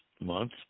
month